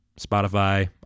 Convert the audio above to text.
Spotify